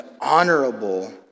honorable